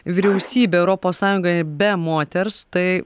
vyriausybė europos sąjungoje be moters tai